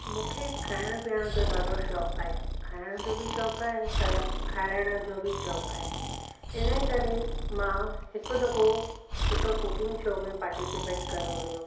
मूंखे खाइण पीअण जो ॾाढो शौक़ु आहे खाइण जो बि आहे आहे त खाराइण जो बि शौक़ु आहे हिनजे करे मां हिकु दफ़ो हिकु कुकिंग शो में पाटिसिपेट कयो हुओ